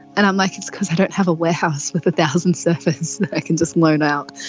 and i'm, like, it's because i don't have a warehouse with a thousand servers that i can just loan out.